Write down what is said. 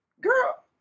Girl